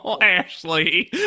Ashley